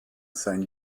sein